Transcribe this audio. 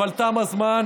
אבל תם הזמן.